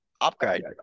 Upgrade